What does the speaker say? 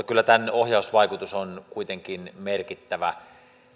kyllä tämän ohjausvaikutus on kuitenkin merkittävä